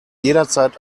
jederzeit